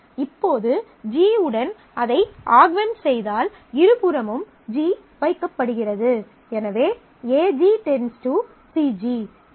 இப்போது G உடன் அதை ஆகுமெண்ட் செய்தால் இருபுறமும் G வைக்கப்படுகிறது எனவே AG → CG